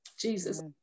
Jesus